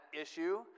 issue